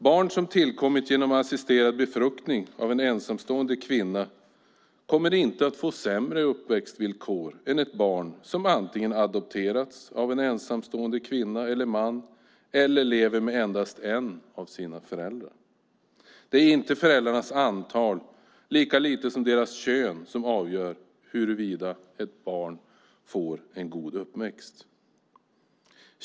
Barn som tillkommit genom assisterad befruktning av en ensamstående kvinna kommer inte att få sämre uppväxtvillkor än barn som antingen adopterats av en ensamstående kvinna eller man eller lever med endast en av sina föräldrar. Det är inte föräldrarnas antal, lika lite som deras kön, som avgör huruvida ett barn får en god uppväxt.